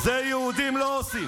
את זה יהודים לא עושים.